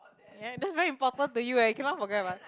ya that's very important to you eh you cannot forget what